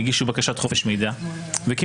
הם הגישו בקשת חופש מידע וקיבלו.